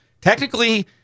Technically